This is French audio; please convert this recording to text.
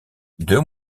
deux